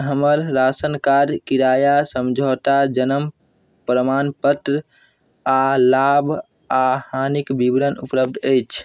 हमर ration card किराया समझौता जनम प्रमाणपत्र आओर लाभ आओर हानिके विवरण उपलब्ध अछि